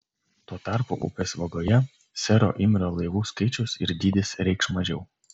tuo tarpu upės vagoje sero imrio laivų skaičius ir dydis reikš mažiau